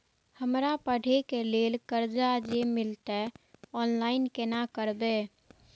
हमरा पढ़े के लेल कर्जा जे मिलते ऑनलाइन केना करबे?